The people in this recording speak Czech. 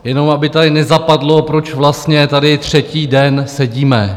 Jenom aby tady nezapadlo, proč vlastně tady třetí den sedíme.